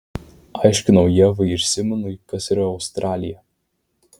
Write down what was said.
aiškinau ievai ir simonui kas yra australija